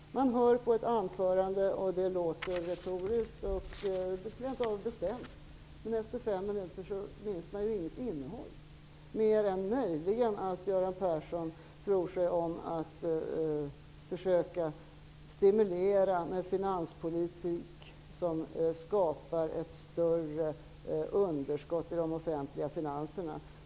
Man hör på hans anförande, som låter retoriskt och rent av bestämt, men efter fem minuter minns man inget innehåll, mer än möjligen att Göran Persson tror sig stimulera ekonomin med en finanspolitik som skapar ett större underskott i de offentliga finanserna.